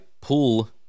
pull